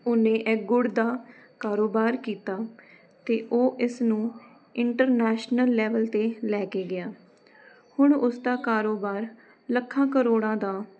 ਉਹਨੇ ਇਹ ਗੁੜ ਦਾ ਕਾਰੋਬਾਰ ਕੀਤਾ ਅਤੇ ਉਹ ਇਸ ਨੂੰ ਇੰਟਰਨੈਸ਼ਨਲ ਲੈਵਲ 'ਤੇ ਲੈ ਕੇ ਗਿਆ ਹੁਣ ਉਸ ਦਾ ਕਾਰੋਬਾਰ ਲੱਖਾਂ ਕਰੋੜਾਂ ਦਾ